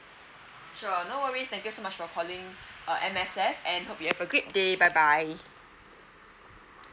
sure no worries thank you so much for calling uh M_S_F and hope you have a great day bye bye